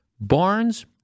Barnes